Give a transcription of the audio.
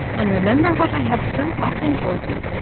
and remember, what i have so often told you,